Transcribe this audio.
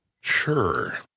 Sure